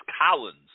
Collins